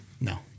No